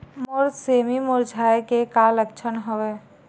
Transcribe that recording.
मोर सेमी मुरझाये के का लक्षण हवय?